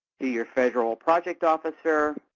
to your federal project officers